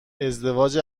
ازدواج